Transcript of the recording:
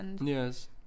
Yes